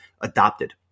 adopted